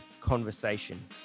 conversation